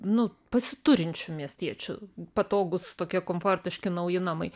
nu pasiturinčių miestiečių patogūs tokie komfortiški nauji namai